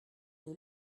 les